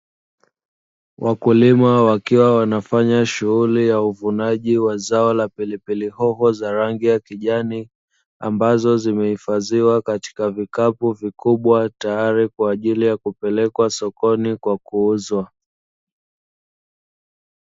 Wakulima wakiwa wanafanya shughuli ya uvunaji wa zao la pilipili hoho za rangi ya kijani, ambazo zimehifadhiwa katika vikapu vikubwa tayari kwaajili ya kupelekwa sokoni na kuuzwa.